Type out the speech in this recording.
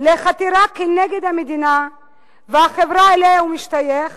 לחתירה כנגד המדינה והחברה שאליה הוא משתייך